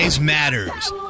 matters